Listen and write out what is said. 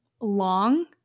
long